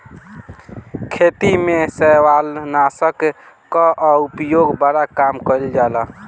खेती में शैवालनाशक कअ उपयोग बड़ा कम कइल जाला